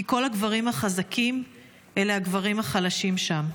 כי כל הגברים החזקים אלה הגברים החלשים שם.